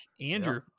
Andrew